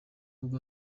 ubwa